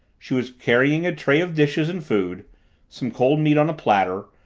she was carrying a tray of dishes and food some cold meat on a platter,